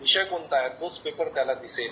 विषय कोणता आहे तोच पेपर त्याला दिसेल